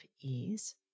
ease